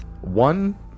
One